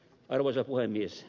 arvoisa puhemies